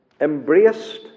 embraced